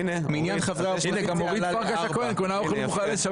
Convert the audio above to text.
הנה, גם אורית פרקש הכהן קונה אוכל לשבת.